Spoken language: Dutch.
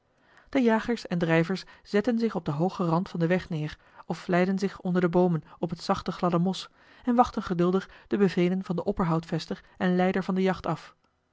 de jagers en drijvers zetten zich op den hoogen rand van den weg neer of vlijden zich onder de boomen op het zachte gladde mos en wachtten geduldig de bevelen van den opperhoutvester en leider van de jacht af